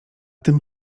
tym